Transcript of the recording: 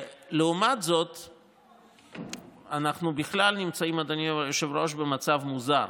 אנחנו בכלל נמצאים, אדוני היושב-ראש, במצב מוזר.